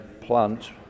plant